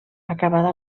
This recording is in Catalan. acabada